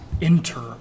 enter